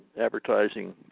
advertising